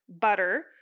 butter